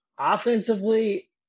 offensively